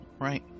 Right